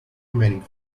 remaining